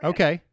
Okay